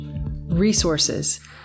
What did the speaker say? resources